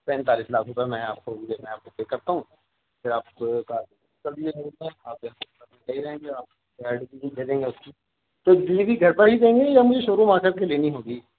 پینتالیس لاکھ روپے میں آپ کو میں آپ کو پے کرتا ہوں پھر آپ کار آپ کہہ ہی رہے ہیں کہ آپ دے دیں گے اس کی تو ڈیلیوری گھر پر ہی دیں گے یا مجھے شو روم آ کر کے لینی ہوگی